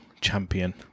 champion